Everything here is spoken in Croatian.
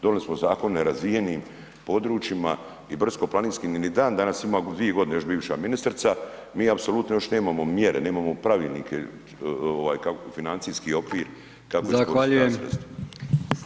Donijeli smo zakon o nerazvijenim područjima i brdsko-planinskim ni dan danas ima dvije godine još bivša ministrica, mi apsolutno još nemamo mjere, nemamo pravilnike i financijski okvir kako